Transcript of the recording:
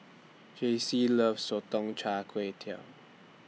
Jaycee loves Sotong Char Kway